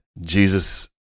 Jesus